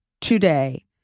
today